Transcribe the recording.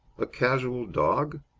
a casual dog?